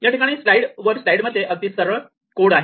या ठिकाणी वर स्लाडइ मध्ये अगदी सरळ सरळ कोड आहे